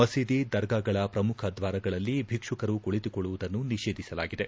ಮಸೀದಿ ದರ್ಗಾಗಳ ಪ್ರಮುಖ ದ್ವಾರಗಳಲ್ಲಿ ಭಿಕ್ಷುಕರು ಕುಳತುಕೊಳ್ಳುವುದನ್ನು ನಿಷೇಧಿಸಲಾಗಿದೆ